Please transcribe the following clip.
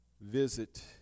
visit